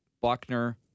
Buckner